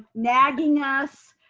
nagging us,